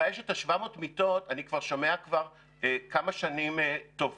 הבעיה היא שאת ה-700 מיטות אני שומע כבר כמה שנים טובות,